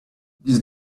this